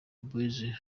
boys